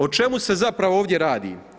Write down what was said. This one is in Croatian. O čemu se zapravo ovdje radi.